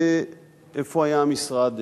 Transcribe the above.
איפה היה המשרד,